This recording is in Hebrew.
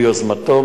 ביוזמתם,